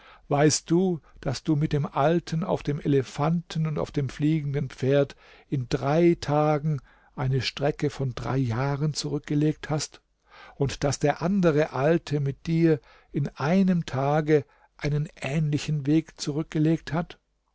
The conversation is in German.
weißt du daß du mit dem alten auf dem elefanten und auf dem fliegenden pferd in drei tagen eine strecke von drei jahren zurückgelegt hast und daß der andere alte mit dir in einem tage einen ähnlichen weg zurückgelegt hat